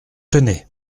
tenez